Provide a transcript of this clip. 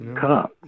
Cup